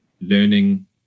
learning